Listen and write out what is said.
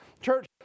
Church